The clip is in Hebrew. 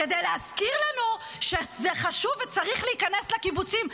כדי להזכיר לנו שזה חשוב וצריך להיכנס לקיבוצים.